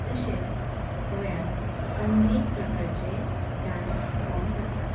तशेंच गोंयान अनेक प्रकारचे डांस फॉम्स आसा